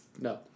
No